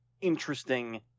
interesting